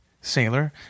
sailor